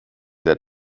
der